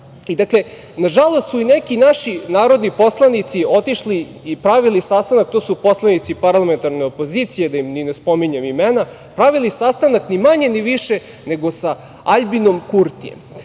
nažalost su i neki naši narodni poslanici otišli i pravili sastanak, to su poslanici parlamentarne opozicije, da im ni ne spominjem imena, pravili sastanak ni manje ni više nego sa Aljbinom Kurtijem.